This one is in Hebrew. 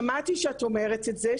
אני שמעתי שאת אומרת את זה,